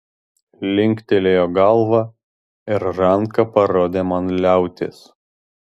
linktelėjo galva ir ranka parodė man liautis